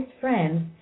friends